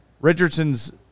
Richardson's